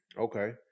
Okay